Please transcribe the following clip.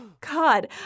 God